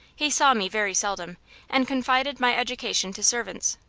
he saw me very seldom and confided my education to servants.